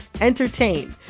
entertain